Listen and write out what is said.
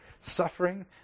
suffering